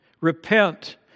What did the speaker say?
Repent